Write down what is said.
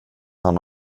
han